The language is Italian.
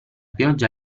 pioggia